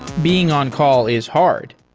being on-call is hard,